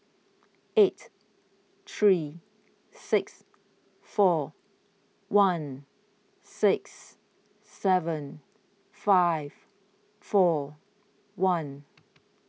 eight three six four one six seven five four one